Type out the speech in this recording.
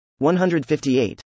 158